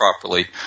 properly